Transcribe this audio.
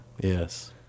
Yes